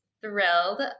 thrilled